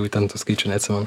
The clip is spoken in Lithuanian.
jau ten tų skaičių neatsimenu